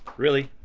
really?